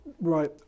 right